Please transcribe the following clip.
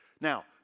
Now